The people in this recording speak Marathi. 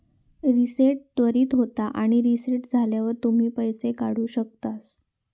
रीसेट त्वरीत होता आणि रीसेट झाल्यावर तुम्ही पैशे काढु शकतास